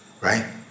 right